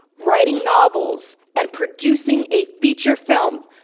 writing novels and producing a feature film,